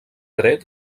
dret